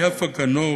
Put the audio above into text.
יפה גנור,